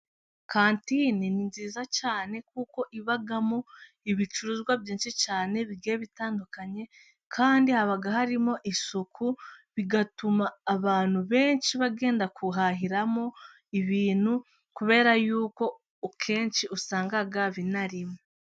Kantine ni nziza cyane kuko ibamo ibicuruzwa byinshi cyane bigiye bitandukanye. Kandi haba harimo isuku bigatuma abantu benshi bagenda guhahiramo ibintu, kubera yuko akenshi usanga binarimo.